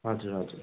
हजुर हजुर